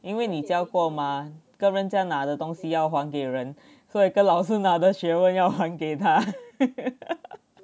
因为你教过吗跟人家那的东西要还给人所以跟老师拿的学问要还给他